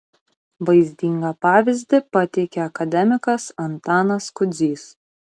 vaizdingą pavyzdį pateikė akademikas antanas kudzys